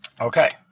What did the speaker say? Okay